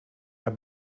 naar